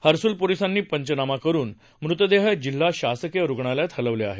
हरसूल पोलिसांनी पंचनामा करून मृतदेह जिल्हा शासकीय रुग्णालयात हलवले आहेत